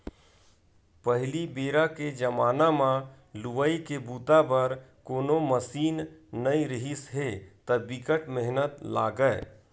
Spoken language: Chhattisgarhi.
पहिली बेरा के जमाना म लुवई के बूता बर कोनो मसीन नइ रिहिस हे त बिकट मेहनत लागय